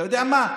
אתה יודע מה,